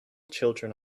children